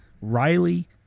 Riley